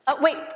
Wait